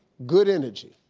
good energy.